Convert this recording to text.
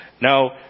Now